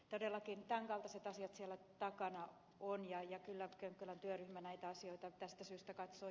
todellakin tämänkaltaiset asiat siellä takana on ja kyllä könkkölän työryhmä näitä asioita tästä syystä katsoi